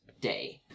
day